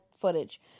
Footage